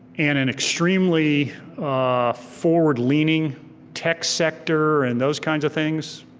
and an extremely forward leaning tech sector and those kinds of things,